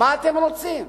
מה אתם רוצים?